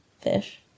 fish